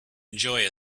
enjoy